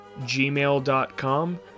gmail.com